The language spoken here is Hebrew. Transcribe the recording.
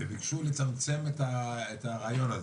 וביקשו לצמצם את הרעיון הזה.